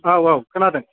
औ औ खोनादों